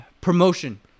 promotion